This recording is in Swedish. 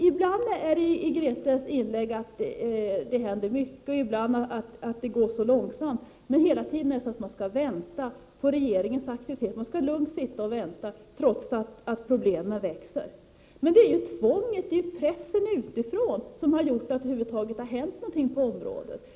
Ibland går Grethe Lundblads inlägg ut på att det händer mycket, ibland på att det går långsamt, men hela tiden skall man lugnt sitta och vänta på regeringens aktivitet, trots att problemen växer. Det är ju pressen utifrån som har gjort att det över huvud taget har hänt någonting på det här området.